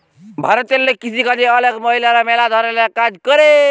ভারতেল্লে কিসিকাজে অলেক মহিলারা ম্যালা ধরলের কাজ ক্যরে